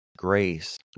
grace